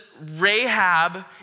Rahab